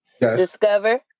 Discover